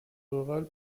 rural